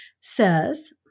says